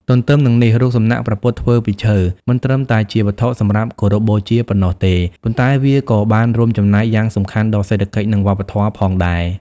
ទន្ទឹមនឹងនេះ រូបសំណាកព្រះពុទ្ធធ្វើពីឈើ មិនត្រឹមតែជាវត្ថុសម្រាប់គោរពបូជាប៉ុណ្ណោះទេ ប៉ុន្តែវាក៏បានរួមចំណែកយ៉ាងសំខាន់ដល់សេដ្ឋកិច្ច និងវប្បធម៌ផងដែរ។